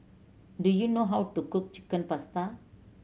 do you know how to cook Chicken Pasta